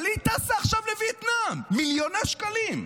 אבל היא טסה עכשיו לווייטנאם, מיליוני שקלים.